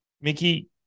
Mickey